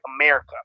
america